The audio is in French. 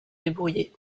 débrouiller